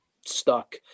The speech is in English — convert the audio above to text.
stuck